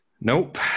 nope